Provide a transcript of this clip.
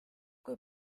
kui